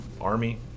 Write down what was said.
army